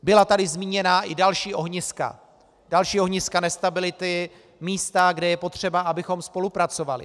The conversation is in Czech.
Byla tady zmíněna i další ohniska nestability, místa, kde je potřeba, abychom spolupracovali.